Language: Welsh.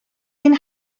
ein